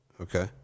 Okay